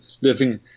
living